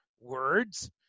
words